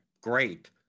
great